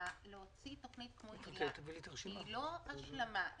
להוציא תוכנית כמו היל"ה, שהיא לא השלמה,